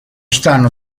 stanno